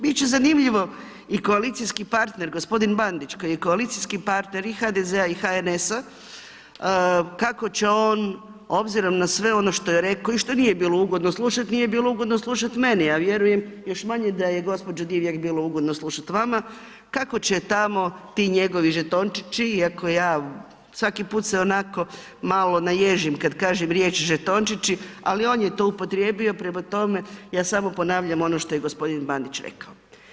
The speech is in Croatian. Bit će zanimljivo i koalicijski partner gospodin Bandić koji je koalicijski partner i HDZ-a i HNS-a kako će on obzirom na sve ono što je rekao i to nije bilo ugodno slušat, nije bilo ugodno slušati meni, a vjerujem još manje da je gospođi Divjak bilo ugodno slušati vama, kako će tamo ti njegovi žetončići iako ja svaki put se onako malo naježim kada kažem riječ žetončići, ali on je to upotrijebio, prema tome ja samo ponavljam ono što je gospodin Bandić rekao.